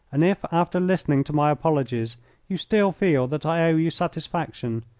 and if after listening to my apologies you still feel that i owe you satisfaction,